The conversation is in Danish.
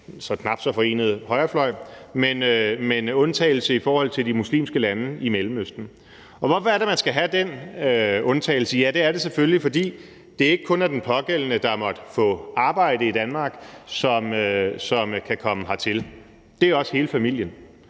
den knap så forenede højrefløj, men altså en undtagelse i forhold til de muslimske lande i Mellemøsten. Og hvorfor er det, man skal have den undtagelse? Ja, det er selvfølgelig, fordi det er ikke kun er den pågældende, der måtte få arbejde i Danmark, som kan komme hertil. Det er også hele familien,